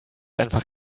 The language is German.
einfach